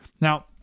Now